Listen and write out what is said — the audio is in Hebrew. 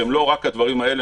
שהם לא רק הדברים האלה,